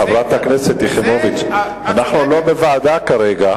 חברת הכנסת יחימוביץ, אנחנו לא בוועדה כרגע.